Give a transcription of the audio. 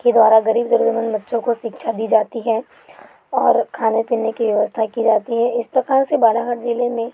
के द्वारा गरीब ज़रूरतमंद बच्चों को शिक्षा दी जाती है और खाने पीने की व्यवस्था की जाती है इस प्रकार से बालाघाट जिले में